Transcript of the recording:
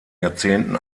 jahrzehnten